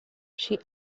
she